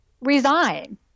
resign